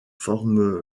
forme